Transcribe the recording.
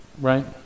Right